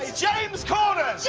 ah james corden.